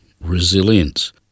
resilience